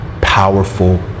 powerful